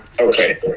Okay